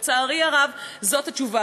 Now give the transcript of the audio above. לצערי הרב, זאת התשובה.